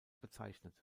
bezeichnet